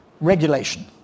Regulation